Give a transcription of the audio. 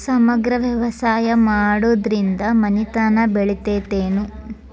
ಸಮಗ್ರ ವ್ಯವಸಾಯ ಮಾಡುದ್ರಿಂದ ಮನಿತನ ಬೇಳಿತೈತೇನು?